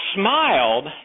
smiled